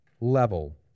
level